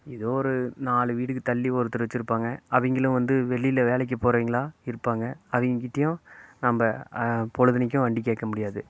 எதோ ஒரு நாலு வீடுக்கு தள்ளி ஒருத்தர் வச்சி இருப்பாங்க அவங்களும் வந்து வெளியில் வேலைக்கு போறவங்களா இருப்பாங்க அவங்கக்கிட்டையும் நம்ம பொழுதனைக்கும் வண்டி கேட்க முடியாது